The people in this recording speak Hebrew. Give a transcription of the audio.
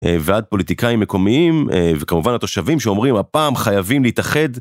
ועד פוליטיקאים מקומיים וכמובן התושבים שאומרים הפעם חייבים להתאחד,